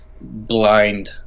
blind